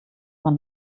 man